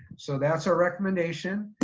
so, that's our recommendation.